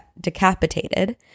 decapitated